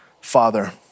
father